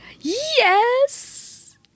Yes